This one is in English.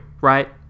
right